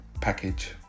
package